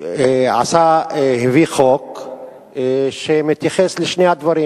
עזרא הביא חוק שמתייחס לשני הדברים.